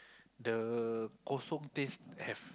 the kosong taste have